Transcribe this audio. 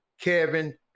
Kevin